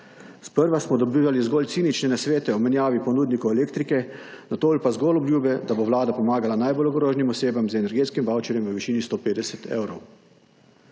Sprva smo dobivali zgolj cinične nasvete o menjavi ponudnikov elektrike, nato pa zgolj obljube, da bo Vlada pomagala najbolj ogroženim osebam z energetskim vavčerjem v višini 150 evrov.